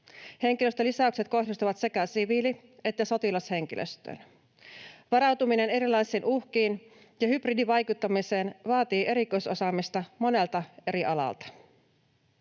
Henkilöstölisäykset kohdistuvat sekä siviili- että sotilashenkilöstöön. Varautuminen erilaisiin uhkiin ja hybridivaikuttamiseen vaatii erikoisosaamista monelta eri alalta.